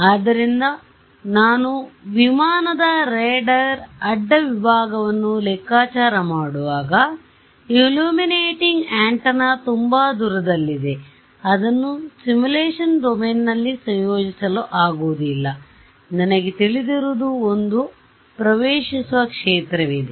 ಆದ್ದರಿಂದ ನಾನು ವಿಮಾನದ ರೇಡಾರ್ ಅಡ್ಡ ವಿಭಾಗವನ್ನು ಲೆಕ್ಕಾಚಾರ ಮಾಡುವಾಗ ಇಲ್ಲ್ಯೂಮಿನಾಟಿಂಗ್ಆಂಟೆನಾ ತುಂಬಾ ದೂರದಲ್ಲಿದೆಅದನ್ನು ಸಿಮ್ಯುಲೇಶನ್ ಡೊಮೇನ್ನಲ್ಲಿ ಸಂಯೋಜಿಸಲು ಆಗುವುದಿಲ್ಲ ನನಗೆ ತಿಳಿದಿರುವುದು ಒಂದು ಪ್ರವೇಶಿಸುವ ಕ್ಷೇತ್ರವಿದೆ